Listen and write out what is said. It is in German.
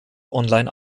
online